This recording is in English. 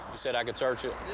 said i could search it?